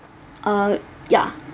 uh ya